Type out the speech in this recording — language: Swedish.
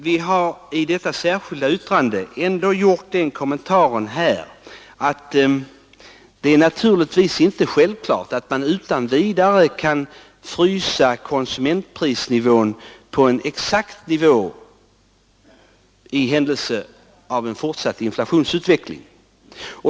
Vi har i det särskilda yttrandet gjort den kommentaren att det naturligtvis inte är självklart att man utan vidare kan frysa konsumentprisnivån på en exakt nivå i händelse av en fortsatt inflationsutveckling.